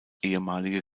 ehemalige